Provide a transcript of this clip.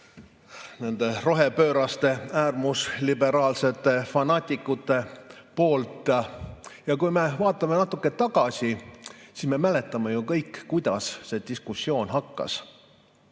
nende rohepööraste äärmusliberaalsete fanaatikute poolt. Kui me vaatame natuke tagasi, siis me mäletame kõik, kuidas see diskussioon hakkas.